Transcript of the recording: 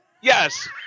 Yes